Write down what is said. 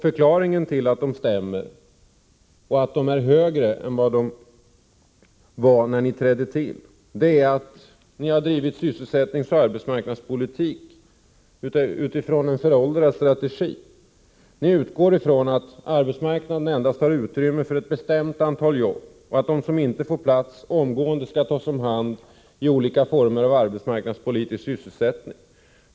Förklaringen till att de stämmer och till att de är högre än vad de var när ni trädde till i regeringen är att ni driver sysselsättningsoch arbetsmarknadspolitik utifrån en föråldrad strategi. Ni utgår ifrån att arbetsmarknaden har utrymme endast för ett bestämt antal jobb och att de som inte omgående får plats skall tas om hand i olika former av arbetsmarknadspolitisk sysselsättning.